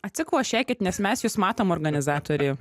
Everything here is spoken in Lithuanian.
atsikvošėkit nes mes jus matom organizatoriai